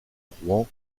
rouen